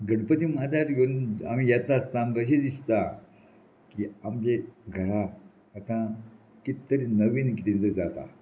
गणपती माथ्यार आमी येता आसता आमकां अशें दिसता की आमचे घरा आतां कित तरी नवीन कितें जर जाता